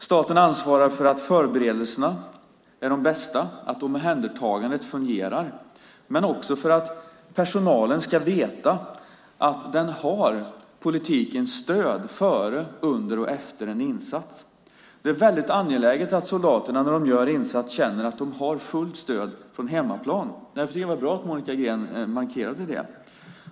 Staten ansvarar för att förberedelserna är de bästa, att omhändertagandet fungerar men också för att personalen ska veta att den har politikens stöd före, under och efter en insats. Det är väldigt angeläget att soldaterna när de gör en insats känner att de har fullt stöd från hemmaplan. Därför tycker jag att det var bra att Monica Green markerade det.